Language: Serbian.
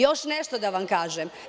Još nešto da vam kažem.